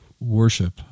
Worship